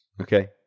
Okay